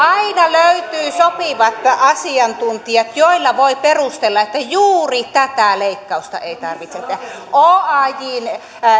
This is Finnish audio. löytää sopivat asiantuntijat joilla voi perustella että juuri tätä leikkausta ei tarvitse tehdä oajn